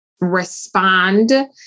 respond